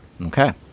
okay